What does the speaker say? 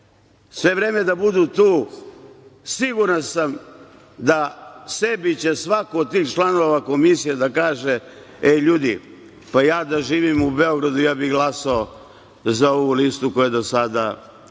sve vreme da budu tu, siguran sam da sebi će svako od tih članova komisije da kaže – hej, ljudi, pa ja da živim u Beogradu, ja bih glasao za ovu lista koja je do sada